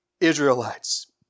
Israelites